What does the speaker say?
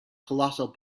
colossal